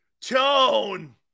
Tone